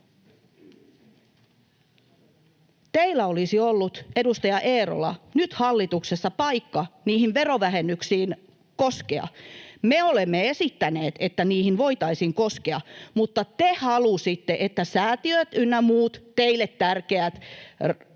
Teillä olisi ollut, edustaja Eerola, nyt hallituksessa paikka niihin verovähennyksiin koskea. Me olemme esittäneet, että niihin voitaisiin koskea, mutta te halusitte, että säätiöt ynnä muut teille tärkeät laitokset